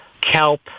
kelp